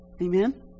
Amen